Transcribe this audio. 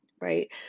right